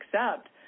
accept